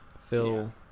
phil